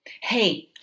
Hey